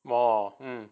more